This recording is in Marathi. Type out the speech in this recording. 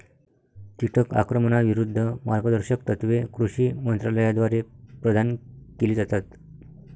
कीटक आक्रमणाविरूद्ध मार्गदर्शक तत्त्वे कृषी मंत्रालयाद्वारे प्रदान केली जातात